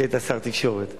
כשהיית שר התקשורת.